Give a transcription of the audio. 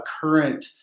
current